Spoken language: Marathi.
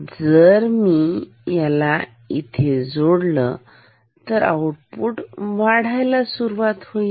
तर जर मी याला इथे जोडले तर आउटपुट वाढायला सुरुवात होईल